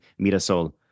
Mirasol